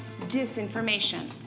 disinformation